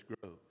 grows